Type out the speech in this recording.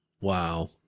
Wow